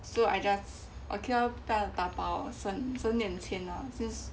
so I just okay lah 不要打包省钱 lor since